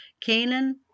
Canaan